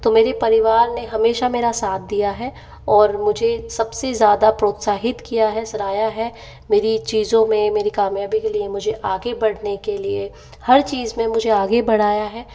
तो मेरे परिवार ने हमेशा मेरा साथ दिया है और मुझे सबसे ज़्यादा प्रोत्साहित किया है सराहा है मेरी चीज़ों में मेरी कामयाबी के लिए मुझे आगे बढ़ने के लिए हर चीज़ में मुझे आगे बढ़ाया है